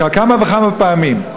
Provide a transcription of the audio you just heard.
כבר כמה וכמה פעמים,